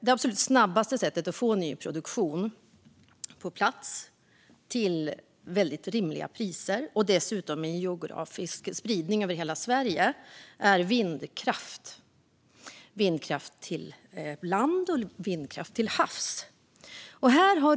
Det absolut snabbaste sättet att få ny produktion på plats till väldigt rimliga priser och dessutom med geografisk spridning över hela Sverige är vindkraft till lands och till havs.